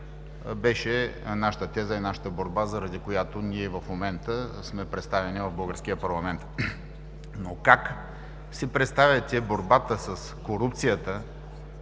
беше нашата теза и нашата борба, заради която ние в момента сме представени в българския парламент. Но как си представяте борбата с корупцията,